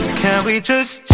can we just